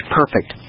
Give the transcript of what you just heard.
perfect